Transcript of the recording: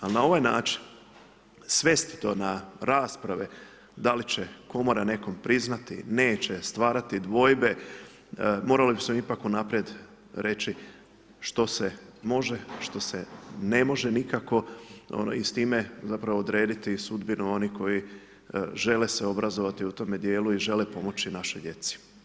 Ali, na ovaj način svesti to na rasprave da li će komora nekom priznati, neće stvarati dvojbe, morali bismo ipak u najprije reći što se može, što se ne može nikako i s time odrediti sudbinu onih koji se žele obrazovati u tome dijelu i žele pomoći našoj djeci.